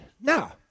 Now